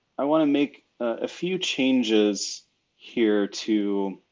i wanna make a few changes here to